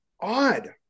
odd